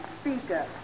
speaker